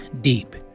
deep